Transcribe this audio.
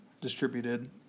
distributed